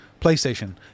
PlayStation